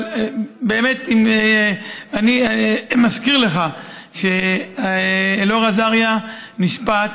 אבל באמת אני מזכיר לך שאלאור אזריה נשפט,